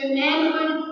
manhood